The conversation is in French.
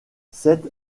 cette